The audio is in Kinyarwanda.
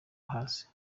hasi